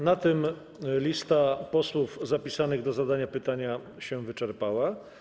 Na tym lista posłów zapisanych do zadania pytania się wyczerpała.